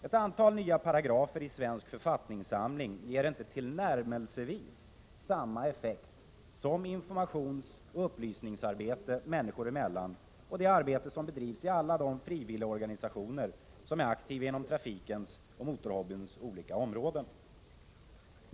Ett antal nya paragrafer i svensk författningssamling ger inte tillnärmelse 11 november 1987 vis samma effekt som informationsoch upplysningsarbete människor emellan och det arbete som bedrivs i alla de frivilligorganisationer som är aktiva inom trafikens och motorhobbyns olika områden.